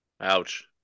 Ouch